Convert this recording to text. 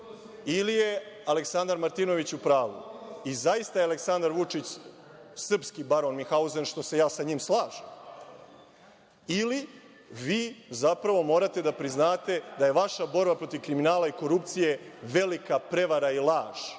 ili je Aleksandar Martinović u pravu zaista je Aleksandar Vučić srpski Baron Minhauzen kao što se ja sa njim slažem ili vi zapravo morate da priznate da je vaša borba protiv kriminala i korupcije velika prevara i laž,